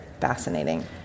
fascinating